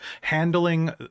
handling